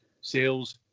sales